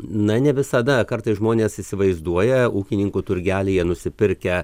na ne visada kartais žmonės įsivaizduoja ūkininkų turgelyje nusipirkę